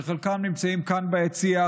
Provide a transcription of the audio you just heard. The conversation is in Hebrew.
שחלקם נמצאים כאן ביציע,